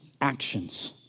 actions